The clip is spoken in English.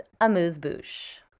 amuse-bouche